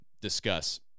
discuss